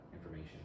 information